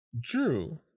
Drew